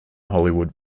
hollywood